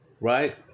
Right